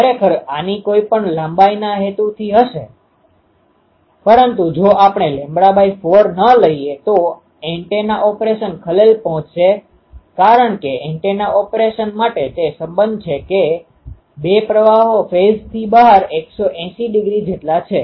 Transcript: ખરેખર આની કોઈ પણ લંબાઈના હેતુથી હશે પરંતુ જો આપણે λ4 ન લઈએ તો એન્ટેના ઓપરેશન ખલેલ પહોંચશે કારણ કે એન્ટેના ઓપરેશન માટે તે સંબંધ છે કે બે પ્રવાહો ફેઝ્થી બહાર 180 ડિગ્રી જેટલા છે